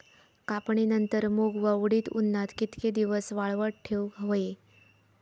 कापणीनंतर मूग व उडीद उन्हात कितके दिवस वाळवत ठेवूक व्हये?